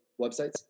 websites